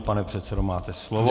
Pane předsedo, máte slovo.